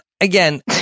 again